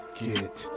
get